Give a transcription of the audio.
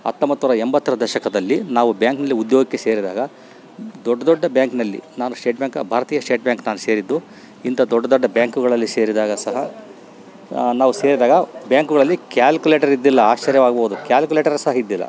ಹತ್ತೊಂಬತ್ನೂರ ಎಂಬತ್ತರ ದಶಕದಲ್ಲಿ ನಾವು ಬ್ಯಾಂಕ್ನಲ್ಲಿ ಉದ್ಯೋಗಕ್ಕೆ ಸೇರಿದಾಗ ದೊಡ್ಡ ದೊಡ್ಡ ಬ್ಯಾಂಕ್ನಲ್ಲಿ ನಾನು ಸ್ಟೇಟ್ ಬ್ಯಾಂಕ್ ಆಪ್ ಭಾರತೀಯ ಸ್ಟೇಟ್ ಬ್ಯಾಂಕ್ ನಾನು ಸೇರಿದ್ದು ಇಂಥ ದೊಡ್ಡ ದೊಡ್ಡ ಬ್ಯಾಂಕುಗಳಲ್ಲಿ ಸೇರಿದಾಗ ಸಹ ನಾವು ಸೇರಿದಾಗ ಬ್ಯಾಂಕುಗಳಲ್ಲಿ ಕ್ಯಾಲ್ಕುಲೇಟರ್ ಇದ್ದಿಲ್ಲ ಆಶ್ಚರ್ಯವಾಗ್ಬೌದು ಕ್ಯಾಲ್ಕುಲೇಟರ್ ಸಹ ಇದ್ದಿಲ್ಲ